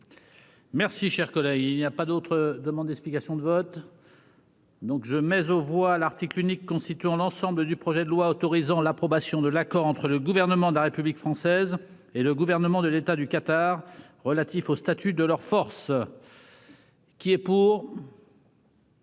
Merci, cher collègue, il n'y a pas d'autres demandes d'explications de vote. Donc je mais aux voix l'article unique constituant l'ensemble du projet de loi autorisant l'approbation de l'accord entre le gouvernement de la République française et le gouvernement de l'État du Qatar relatif au statut de leurs forces. Qui est pour.